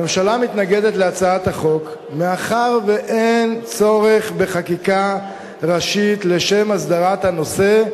הממשלה מתנגדת להצעת החוק מאחר שאין צורך בחקיקה ראשית להסדרת הנושא,